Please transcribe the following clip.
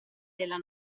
della